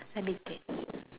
let me think